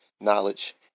knowledge